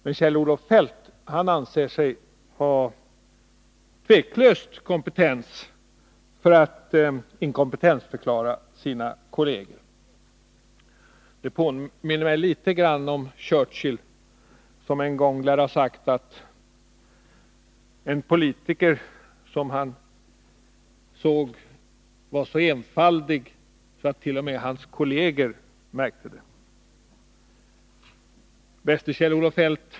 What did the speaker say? Men Kjell-Olof Feldt anser sig tveklöst vara kompetent att inkompetentförklara sina kolleger. Det påminner mig litet om Churchill, som en gång lär ha sagt om en politiker att han var så enfaldig att t.o.m. hans kolleger märkte det. Bäste Kjell-Olof Feldt!